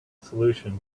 solutions